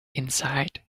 inside